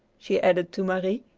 she added to marie,